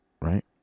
right